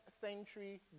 century